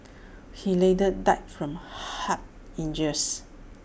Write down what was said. he later died from Head injuries